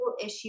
issue